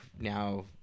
now